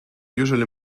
usually